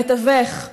המתווך,